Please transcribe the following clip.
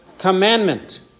Commandment